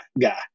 guy